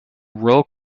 rural